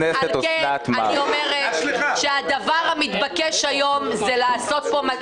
על כן אני אומרת שהדבר המתבקש היום זה להעביר